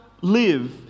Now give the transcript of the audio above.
live